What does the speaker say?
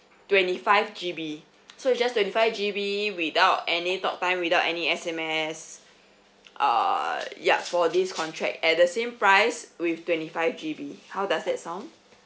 twenty five G_B so it's just twenty five G_B without any talk time without any S_M_S err ya for this contract at the same price with twenty five G_B how does that sound